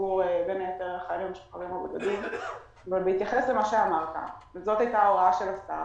אם זאת הייתה ההוראה של השר,